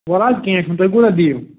وَلہٕ حظ کیٚنٛہہ چھُنہٕ تُہۍ کوٗتاہ دِیِو